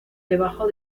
debajo